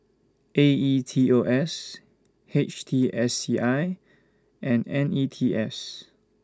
A E T O S H T S C I and N E T S